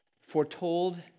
foretold